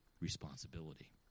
responsibility